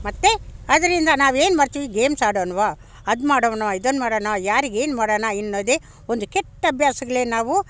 ಮತ್ತೆ ಅದರಿಂದ ನಾವೇನು ಮಾಡ್ತೀವಿ ಗೇಮ್ಸ್ ಆಡೋಣ್ವ ಅದು ಮಾಡೋಣ್ವ ಇದನ್ನು ಮಾಡೋಣ ಯಾರಿಗೇನು ಮಾಡೋಣ ಎನ್ನೋದೇ ಒಂದು ಕೆಟ್ಟ ಅಭ್ಯಾಸಗಳೆ ನಾವು